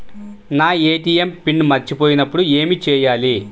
నా ATM pin మర్చిపోయినప్పుడు ఏమి చేయాలి?